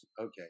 Okay